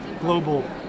global